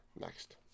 next